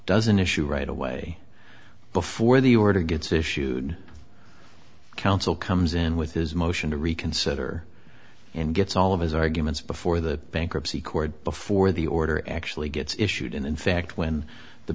issue right away before the order gets issued counsel comes in with his motion to reconsider and gets all of his arguments before the bankruptcy court before the order actually gets issued and in fact when the